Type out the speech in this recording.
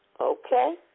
Okay